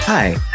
Hi